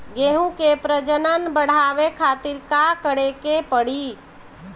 गेहूं के प्रजनन बढ़ावे खातिर का करे के पड़ी?